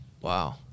Wow